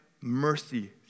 mercy